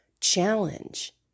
challenge